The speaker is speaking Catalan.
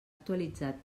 actualitzat